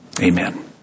Amen